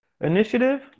initiative